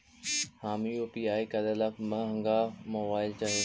हम यु.पी.आई करे ला महंगा मोबाईल चाही?